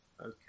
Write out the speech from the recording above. Okay